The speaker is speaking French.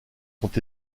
sont